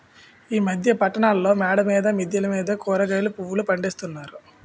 ఈ మధ్య పట్టణాల్లో మేడల మీద మిద్దెల మీద కూరగాయలు పువ్వులు పండిస్తున్నారు